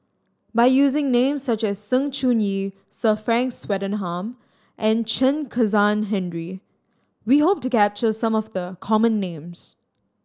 by using names such as Sng Choon Yee Sir Frank Swettenham and Chen Kezhan Henri we hope to capture some of the common names